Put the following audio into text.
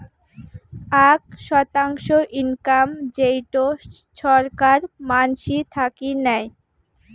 আক শতাংশ ইনকাম যেইটো ছরকার মানসি থাকি নেয়